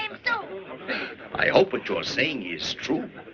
am so. i hope what you are saying is true.